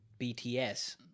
bts